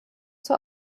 zur